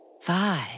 five